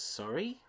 sorry